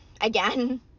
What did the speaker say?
again